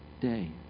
day